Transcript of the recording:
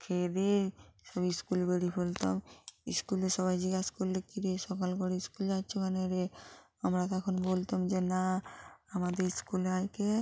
খেয়ে দেয়ে সব স্কুলে বেড়িয়ে পরতাম স্কুলে সবাই জিজ্ঞেস করলে কিরে সকাল করে স্কুল যাচ্ছো কেন রে আমরা তখন বলতাম যে না আমাদের স্কুলে আজকে